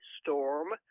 storm